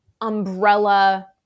umbrella